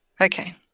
Okay